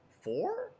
four